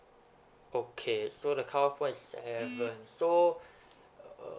okay so the cut off point is seven so